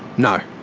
no,